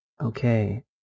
Okay